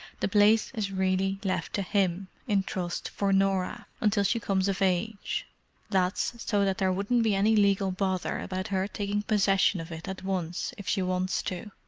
the place is really left to him, in trust for norah, until she comes of age that's so that there wouldn't be any legal bother about her taking possession of it at once if she wants to.